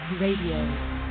Radio